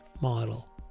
model